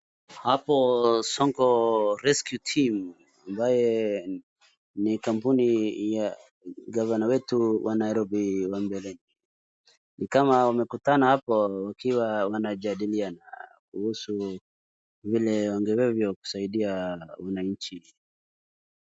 Hapo Sonko Rescue Team ambaye ni kampuni ya gavana wetu wa Nairobu wa mbeleni. Ni kama wamekutana hapo wakiwa wanajadiliana kuhusu vile wangewevyo kusaidia wananchi.